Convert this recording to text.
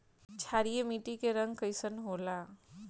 क्षारीय मीट्टी क रंग कइसन होला?